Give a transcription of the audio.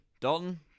Dalton